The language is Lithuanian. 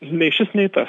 nei šis nei tas